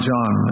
John